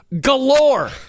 galore